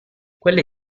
quelle